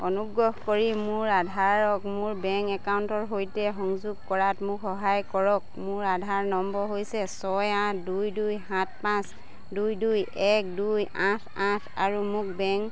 অনুগ্ৰহ কৰি মোৰ আধাৰক মোৰ বেংক একাউণ্টৰ সৈতে সংযোগ কৰাত মোক সহায় কৰক মোৰ আধাৰ নম্বৰ হৈছে ছয় আঠ দুই দুই সাত পাঁচ দুই দুই এক দুই আঠ আঠ আৰু মোৰ